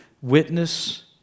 witness